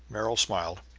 merrill smiled.